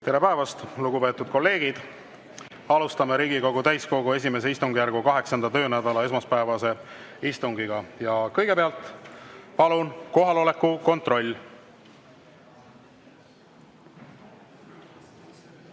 Tere päevast, lugupeetud kolleegid! Alustame Riigikogu täiskogu I istungjärgu 8. töönädala esmaspäevast istungit. Kõigepealt palun kohaloleku kontroll!